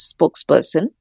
spokesperson